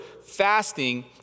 fasting